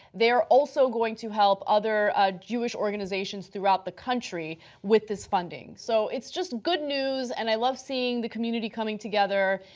they are also going to help other ah jewish organizations throughout the country with this funding. so, it's good news and i love seeing the community coming together,